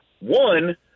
one –